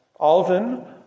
Alvin